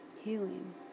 healing